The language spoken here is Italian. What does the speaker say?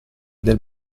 del